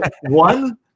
one